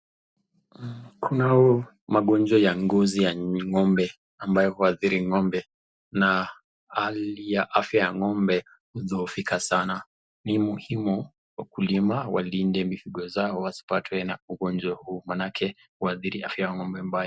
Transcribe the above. Kunayo mangonjwa ya ngozi ya ngombe ambayo huadhiri ngombe , na hali ya afya ya ngombe hudhofika sana, ni muhimu wakulima walinde mifugo zao wasipatwe na ugonjwa huu manake huadhiri afya ya ngombe mbaya.